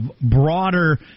broader